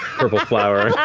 purple flower. yeah